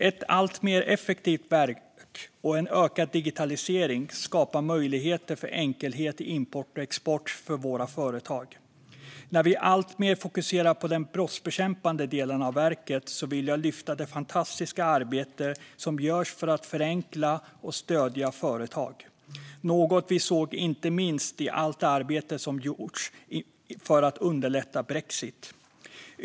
Ett alltmer effektivt verk och en ökad digitalisering skapar möjligheter för enkelhet i import och export för våra företag. När vi alltmer fokuserar på den brottsbekämpande delen av verket vill jag lyfta fram det fantastiska arbete som görs för att förenkla och för att stödja företag, något vi sett inte minst i allt arbete som gjorts för att underlätta brexit.